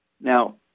Now